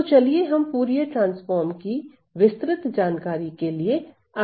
तो चलिए हम फूरिये ट्रांसफार्म की विस्तृत जानकारी के लिए आगे बढ़ते हैं